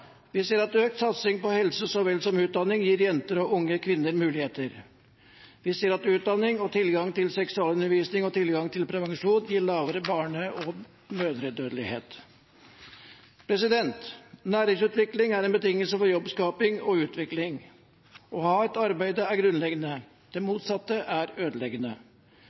Vi ser at økt satsing på helse så vel som utdanning gir jenter og unge kvinner muligheter. Vi ser at utdanning og tilgang til seksualundervisning og tilgang til prevensjon gir lavere barne- og mødredødelighet. Næringsutvikling er en betingelse for jobbskaping og utvikling. Å ha et arbeid er grunnleggende, det motsatte er ødeleggende.